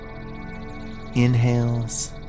inhales